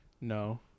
No